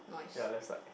ya left side